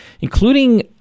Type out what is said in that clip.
including